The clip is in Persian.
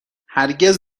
هرگز